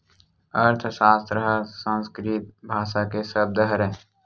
अर्थसास्त्र ह संस्कृत भासा के सब्द हरय